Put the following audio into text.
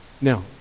Now